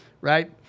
right